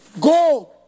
go